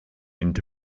into